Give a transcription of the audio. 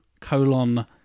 colon